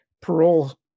parole